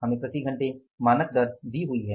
हमें प्रति घंटे मानक दर दी हुई है